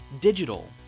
digital